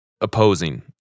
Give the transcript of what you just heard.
opposing